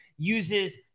uses